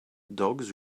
dogs